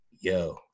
yo